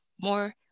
more